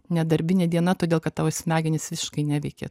nedarbinė diena todėl kad tavo smegenys visiškai neveikia